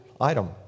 item